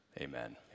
Amen